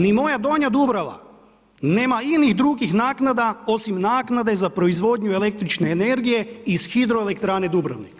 Ni moja Donja Dubrava nema inih drugih naknada osim naknade za proizvodnju električne energije iz Hidroelektrane Dubrovnik,